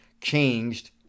changed